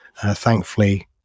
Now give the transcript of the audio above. Thankfully